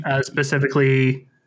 Specifically